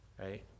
right